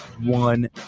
one